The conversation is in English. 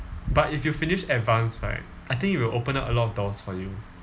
but if you finish advanced right I think it will open up a lot of doors for you